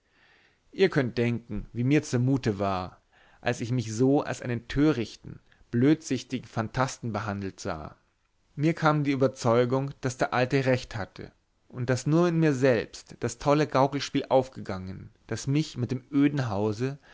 ihr könnt denken wie mir zu mute war als ich mich so als einen törichten blödsichtigen fantasten behandelt sah mir kam die überzeugung daß der alte recht hatte und daß nur in mir selbst das tolle gaukelspiel aufgegangen das mich mit dem öden hause